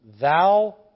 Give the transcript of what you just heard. Thou